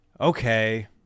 Okay